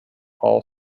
all